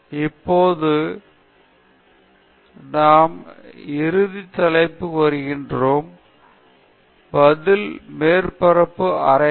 இப்போது நாம் இறுதி தலைப்புக்கு வருகிறோம் பதில் மேற்பரப்பு முறைகள்